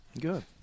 Good